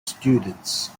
students